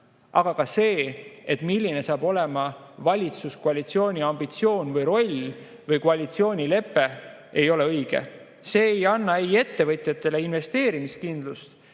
aga ka see, milline on valitsuskoalitsiooni ambitsioon või roll või koalitsioonilepe, ei ole õige. See ei anna ettevõtjatele investeerimiskindlust